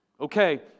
Okay